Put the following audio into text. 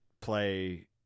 play